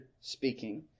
speaking